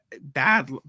bad